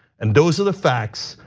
and those are the facts,